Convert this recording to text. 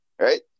Right